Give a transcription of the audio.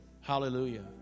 hallelujah